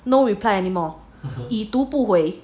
no reply anymore 已读不回